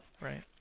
right